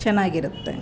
ಚೆನ್ನಾಗಿರುತ್ತೆ